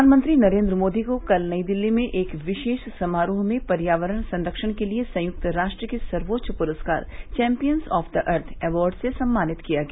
प्रधानमंत्री नरेन्द्र मोदी को कल नई दिल्ली में एक विशेष समारोह में पर्यावरण संरक्षण के लिए संयुक्त राष्ट्र के सर्वोच्च पुरस्कार champions of the earth award से सम्मानित किया गया